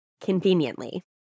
Conveniently